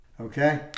Okay